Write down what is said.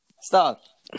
Stop